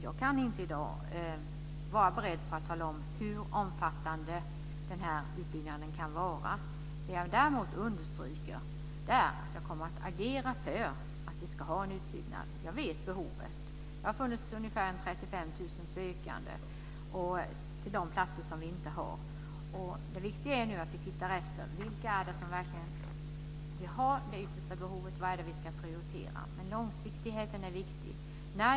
Jag är inte i dag beredd att tala om hur omfattande utbyggnaden kan vara. Jag understryker däremot att jag kommer att agera för att vi ska ha en utbyggnad. Jag vet behovet. Det har funnits ca 35 000 sökande till de platser som inte finns. Det viktiga är att vi tittar efter var det yttersta behovet finns och vad som ska prioriteras. Långsiktigheten är viktig.